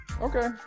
Okay